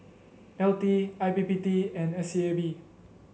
L T I P P T and S E A B